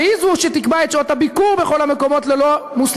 והיא זו שתקבע את שעות הביקור בכל המקומות ללא-מוסלמים.